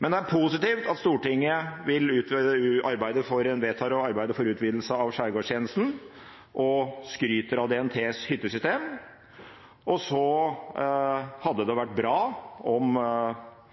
Men det er positivt at Stortinget vedtar å arbeide for en utvidelse av Skjærgårdstjenesten og skryter av DNTs hyttesystem. Og så hadde det vært bra om